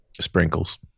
Sprinkles